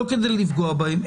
לא כדי לפגוע בהם,